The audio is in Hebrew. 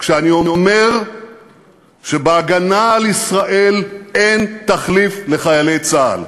כשאני אומר שבהגנה על ישראל אין תחליף לחיילי צה"ל,